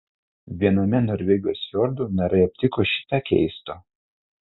viename norvegijos fjordų narai aptiko šį tą keisto